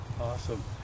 awesome